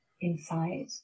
inside